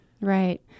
Right